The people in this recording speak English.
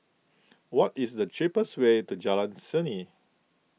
what is the cheapest way to Jalan Seni